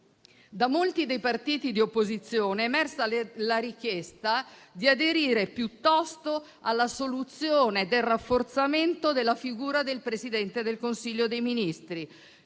Da molti dei partiti di opposizione è emersa la richiesta di aderire, piuttosto, alla soluzione del rafforzamento della figura del Presidente del Consiglio dei ministri.